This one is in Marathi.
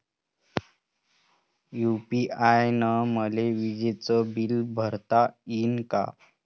यू.पी.आय न मले विजेचं बिल भरता यीन का?